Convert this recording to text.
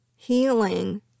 Healing